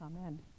Amen